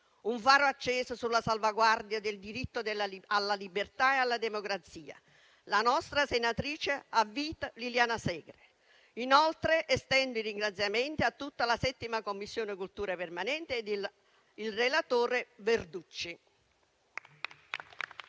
un faro acceso sulla salvaguardia del diritto alla libertà e alla democrazia: la nostra senatrice a vita, Liliana Segre. Inoltre, estendo i ringraziamenti a tutta 7a Commissione permanente cultura e